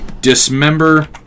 dismember